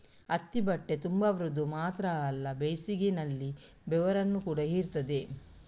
ಹತ್ತಿ ಬಟ್ಟೆ ತುಂಬಾ ಮೃದು ಮಾತ್ರ ಅಲ್ಲ ಬೇಸಿಗೆನಲ್ಲಿ ಬೆವರನ್ನ ಕೂಡಾ ಹೀರ್ತದೆ